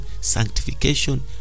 sanctification